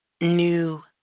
new